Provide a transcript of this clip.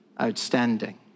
outstanding